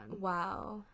wow